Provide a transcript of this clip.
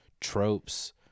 tropes